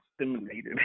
Stimulated